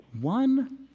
one